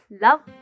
love